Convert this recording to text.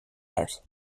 out